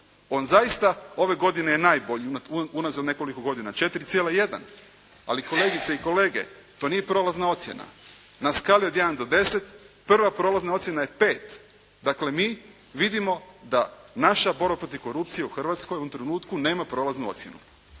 On zaista ove godine je najbolji, unazad nekoliko godina 4,1. Ali kolegice i kolege to nije prolazna ocjena. Na skali od 1 do 10 prva prolazna ocjena je 5, dakle mi vidimo da naša borba protiv korupcije u Hrvatskoj u ovom trenutku nema prolaznu ocjenu.